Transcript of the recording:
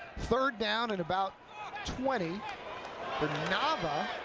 third down and about twenty. for nava.